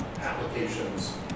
applications